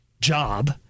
job